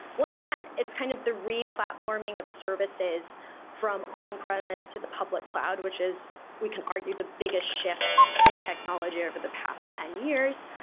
once again, it's kind of the re-platforming of services from on-premise to the public cloud, which is we can argue the biggest shift in technology over the past ten years.